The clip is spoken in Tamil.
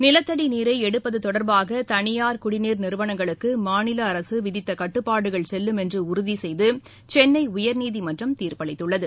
நிலத்தடி நீரை எடுப்பது தொடர்பாக தனியார் குடிநீர் நிறுவனங்களுக்கு மாநில அரசு விதித்த கட்டுப்பாடுகள் செல்லும் என்று உறுதி செய்து சென்னை உயர்நீதிமன்றம் தீர்ப்பளித்தள்ளது